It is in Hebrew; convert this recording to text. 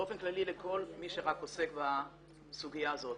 באופן כללי לכל מי שרק עוסק בסוגיה הזאת,